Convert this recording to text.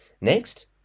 Next